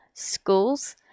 schools